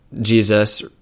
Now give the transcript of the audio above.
Jesus